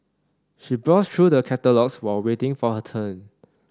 she browsed through the catalogues while waiting for her turn